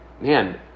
man